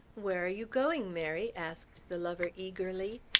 where are you going, mary? asked the lover eagerly.